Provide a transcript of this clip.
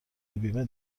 بیمه